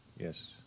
Yes